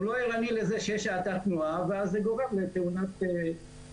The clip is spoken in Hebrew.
הוא לא ערני לזה שיש האטת תנועה ואז זה גורם לתאונת חזית-אחור.